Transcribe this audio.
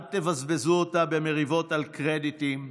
אל תבזבזו אותה במריבות על קרדיטים,